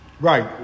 Right